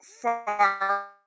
far